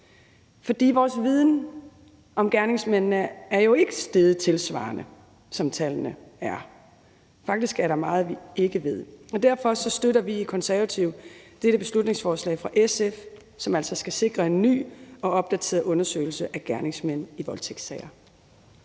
For vores viden om gerningsmændene er jo ikke steget tilsvarende det, som tallene er. Faktisk er der meget, vi ikke ved. Derfor støtter vi i Konservative dette beslutningsforslag fra SF, som altså skal sikre en ny opdateret undersøgelse af gerningsmænd i voldtægtssager.